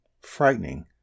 Frightening